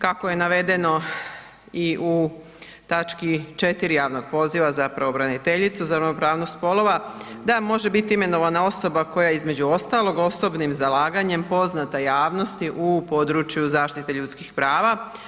Kako je navedeno i u točki 4. javnog poziva za pravobraniteljicu za ravnopravnost spolova, da može biti imenovana osoba koja je između ostalog osobnim zalaganjem poznata javnosti u području zaštite ljudskih prava.